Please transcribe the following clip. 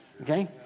okay